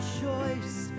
choice